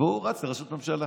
הוא רץ לראשות ממשלה,